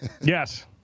Yes